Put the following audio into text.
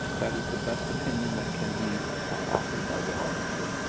that is the best opinion that can be offered by the auditor.